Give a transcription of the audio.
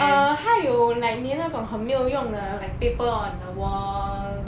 err 他有 like 你那种没有用的 like paper on the wall